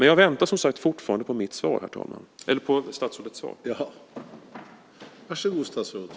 Jag väntar som sagt fortfarande på statsrådets svar, herr talman.